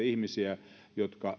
ihmisiä jotka